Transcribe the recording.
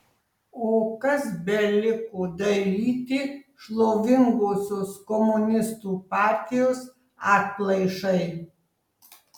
o kas beliko daryti šlovingosios komunistų partijos atplaišai